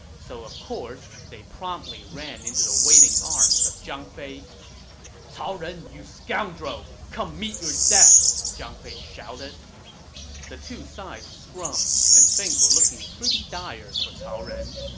so of course they promptly ran into the waiting arms of zhang fei cao ren, you scoundrel! come meet your death! zhang fei shouted the two sides scrummed, and things were looking dire for cao ren.